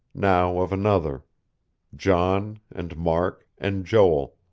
now of another john and mark and joel.